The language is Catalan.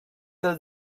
des